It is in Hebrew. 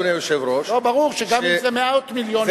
ברור שגם אם זה מאות מיליונים,